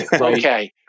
Okay